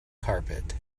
carpet